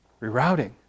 rerouting